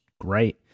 great